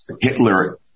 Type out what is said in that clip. Hitler